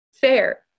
fair